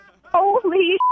Holy